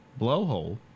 blowhole